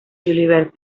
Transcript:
julivert